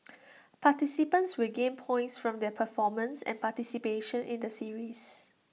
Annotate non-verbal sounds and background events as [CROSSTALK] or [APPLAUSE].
[NOISE] participants will gain points from their performance and participation in the series